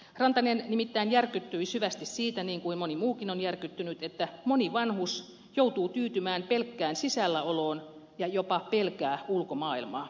rantanen nimittäin järkyttyi syvästi siitä niin kuin moni muukin on järkyttynyt että moni vanhus joutuu tyytymään pelkkään sisälläoloon ja jopa pelkää ulkomaailmaa